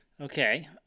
Okay